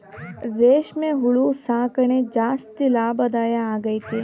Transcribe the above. ರೇಷ್ಮೆ ಹುಳು ಸಾಕಣೆ ಜಾಸ್ತಿ ಲಾಭದಾಯ ಆಗೈತೆ